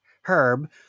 Herb